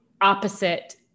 opposite